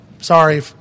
Sorry